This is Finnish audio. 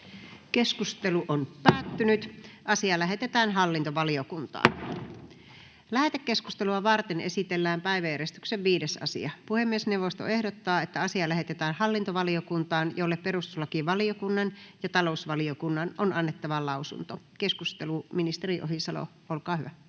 annetun lain muuttamisesta Time: N/A Content: Lähetekeskustelua varten esitellään päiväjärjestyksen 5. asia. Puhemiesneuvosto ehdottaa, että asia lähetetään hallintovaliokuntaan, jolle perustuslakivaliokunnan ja talousvaliokunnan on annettava lausunto. Ministeri Ohisalo, oletteko